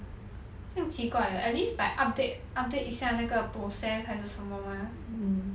这样奇怪的 at least like update update 一下那个 process 还是什么 mah